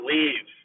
leave